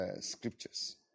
scriptures